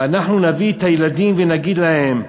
ואנחנו נביא את הילדים ונגיד להם,